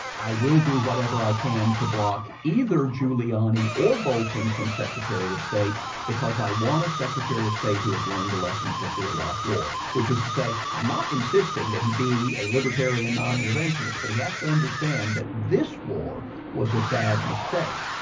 i will do whatever i can to block either giuliani or bolton from secretary of state because i want a secretary of state who has learned the lessons of the iraq war, which is to say i'm not insisting that he would be a libertarian non-interventionist but he has to understand that this war was a bad mistake.